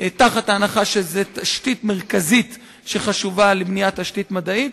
בהנחה שזאת תשתית מרכזית שחשובה לבניית תשתית מדעית,